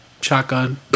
shotgun